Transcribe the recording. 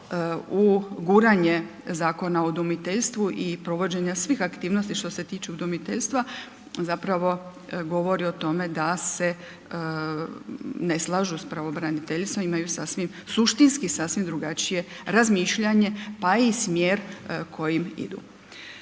u guranje Zakona o udomiteljstvu i provođenja svih aktivnosti što se tiče udomiteljstva zapravo govori o tome da se ne slažu sa pravobraniteljstvom, imaju suštinski sasvim drugačije razmišljanje pa i smjer kojim idu.